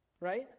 right